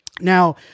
Now